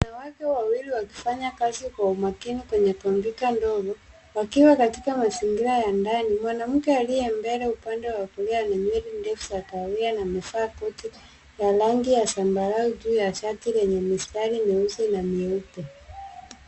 Wanamke wawili wakifanya kazi kwa umakini kwenye kompyuta ndogo, wakiwa katika mazingira ya ndani. Mwanamke aliye mbele upande wa kulia ana nywele ndefu za kahawia na amevaa koti ya rangi ya zambarau juu ya shati lenye mistari meusi na nyeupe.